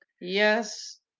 yes